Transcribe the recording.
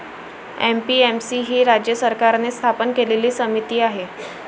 APMC ही राज्य सरकारने स्थापन केलेली समिती आहे